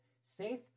safe